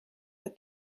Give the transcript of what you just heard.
for